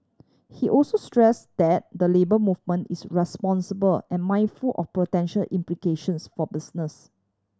he also stress that the Labour Movement is responsible and mindful of potential implications for business